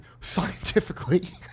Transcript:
scientifically